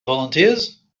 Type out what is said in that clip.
volunteers